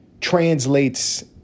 Translates